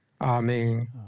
Amen